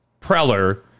Preller